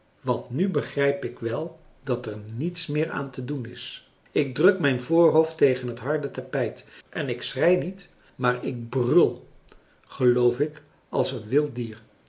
want nu begrijp ik wel dat er niets meer aan te doen is ik druk mijn voorhoofd tegen het harde tapijt en ik schrei niet maar ik brul geloof ik als een wild dier